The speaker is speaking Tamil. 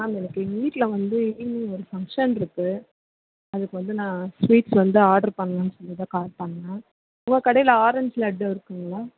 மேம் எனக்கு எங்கள் வீட்டில் வந்து ஈவ்னிங் ஒரு ஃபங்க்ஷனிருக்கு அதுக்கு வந்து நான் ஸ்வீட்ஸ் வந்து ஆட்ரு பண்ணணுன்னு சொல்லிதான் கால் பண்ணிணேன் உங்கள் கடையில் ஆரஞ்ச் லட்டு இருக்குதுங்களா